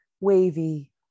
wavy